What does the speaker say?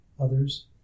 others